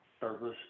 service